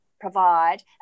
provide